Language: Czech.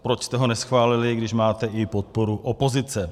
Proč jste ho neschválili, když máte i podporu opozice?